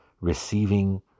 receiving